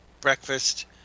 Breakfast